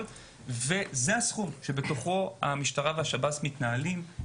וזה הסכום שבתוכו המשטרה והשב"ס מתנהלים.